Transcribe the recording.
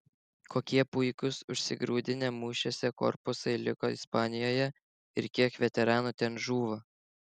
kokie puikūs užsigrūdinę mūšiuose korpusai liko ispanijoje ir kiek veteranų ten žūva